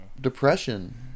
depression